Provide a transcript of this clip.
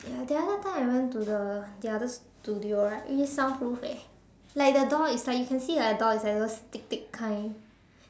ya the other time I went to the the other studio right it is soundproof eh like the door is like you can see like the door is like those thick thick kind